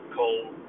cold